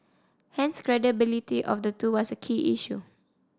hence credibility of the two was a key issue